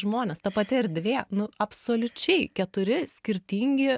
žmonės ta pati erdvė nu absoliučiai keturi skirtingi